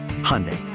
Hyundai